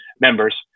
members